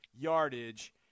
yardage